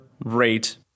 rate